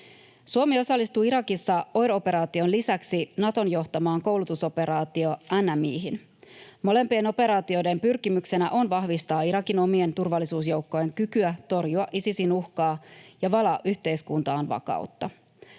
Suomi osallistuu Irakissa OIR-operaation lisäksi Naton johtamaan koulutusoperaatio NMI:hin. Molempien operaatioiden pyrkimyksenä on vahvistaa Irakin omien turvallisuusjoukkojen kykyä torjua Isisin uhkaa ja valaa yhteiskuntaan vakautta.